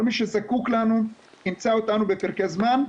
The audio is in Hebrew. כל מי שזקוק לנו ימצא אותנו בפרקי זמן.